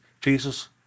Jesus